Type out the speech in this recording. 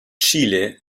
chile